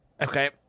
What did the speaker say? Okay